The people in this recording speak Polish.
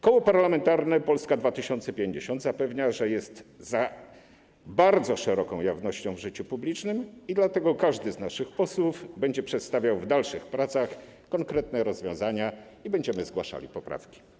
Koło Parlamentarne Polska 2050 zapewnia, że jest za bardzo szeroką jawnością w życiu publicznym, i dlatego każdy z naszych posłów będzie przedstawiał w czasie dalszych prac konkretne rozwiązania, jak również będziemy zgłaszali poprawki.